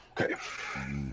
Okay